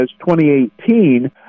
2018